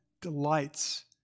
delights